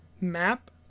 map